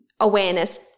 awareness